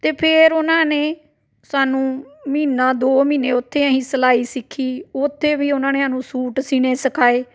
ਅਤੇ ਫਿਰ ਉਹਨਾਂ ਨੇ ਸਾਨੂੰ ਮਹੀਨਾ ਦੋ ਮਹੀਨੇ ਉੱਥੇ ਅਸੀਂ ਸਲਾਈ ਸਿੱਖੀ ਉੱਥੇ ਵੀ ਉਹਨਾਂ ਨੇ ਸਾਨੂੰ ਸੂਟ ਸੀਨੇ ਸਿਖਾਏ